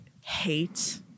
hate